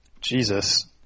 Jesus